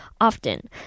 often